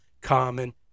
common